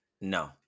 No